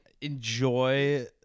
enjoy